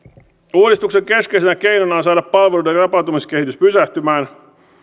uudistuksen keskeisenä keinona on saada palveluiden rapautumiskehitys pysähtymään